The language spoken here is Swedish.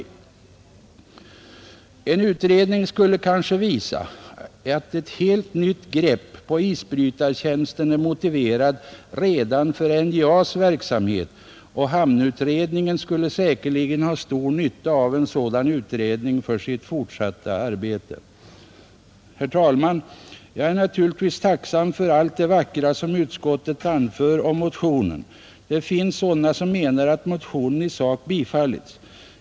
En undersökning skulle kanske visa att ett helt nytt grepp på isbrytartjänsten är motiverad redan för NJA:s verksamhet, och hamnutredningen skulle säkerligen ha stor nytta av en sådan undersökning för sitt fortsatta arbete. Herr talman! Jag är naturligtvis tacksam för allt det vackra som utskottet anför om motionen, Det finns personer som menar att motionen i sak biträtts.